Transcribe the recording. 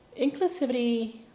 Inclusivity